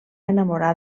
enamorar